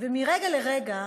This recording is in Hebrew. ומרגע לרגע